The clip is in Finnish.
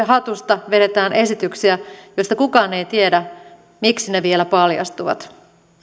hatusta vedetään esityksiä joista kukaan ei tiedä miksi ne vielä paljastuvat